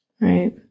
Right